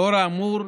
לאור האמור,